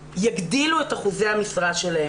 יגדילו את אחוזי המשרה שלהן,